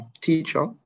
teacher